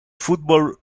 football